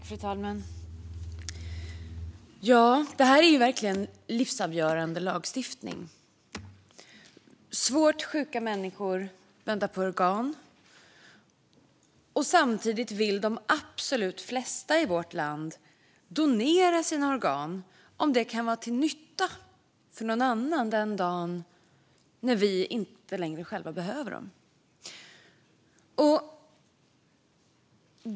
Fru talman! Det här är ju verkligen livsavgörande lagstiftning. Svårt sjuka människor väntar på organ, och samtidigt vill de absolut flesta i vårt land donera sina organ om de kan vara till nytta för någon annan den dag som de själva inte längre behöver dem.